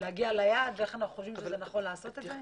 להגיע ליעד ואיך אנחנו חושבים שנכון לעשות את זה.